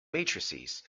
matrices